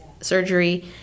surgery